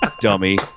Dummy